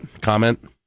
comment